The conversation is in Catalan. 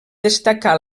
destacar